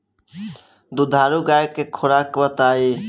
दुधारू गाय के खुराक बताई?